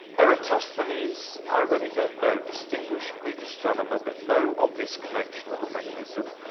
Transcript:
eratosthenes, i really don't know, distinguished greek astronomer, but no obvious connection with the mechanism.